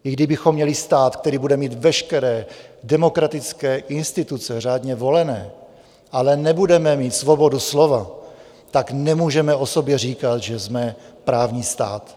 I kdybychom měli stát, který bude mít veškeré demokratické instituce řádně volené, ale nebudeme mít svobodu slova, tak nemůžeme o sobě říkat, že jsme právní stát.